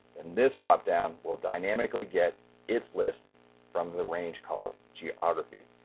then this drop-down will dynamically get its list from the range called geography.